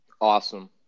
Awesome